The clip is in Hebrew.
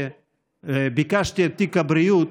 כשביקשתי את תיק הבריאות,